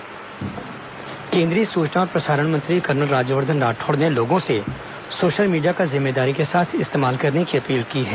राज्यवर्धन राठौड़ अपील केंद्रीय सूचना और प्रसारण मंत्री कर्नल राज्यवर्धन राठौड़ ने लोगो से सोशल मीडिया का जिम्मेदारी के साथ इस्तेमाल करने की अपील की है